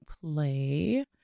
play